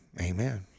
amen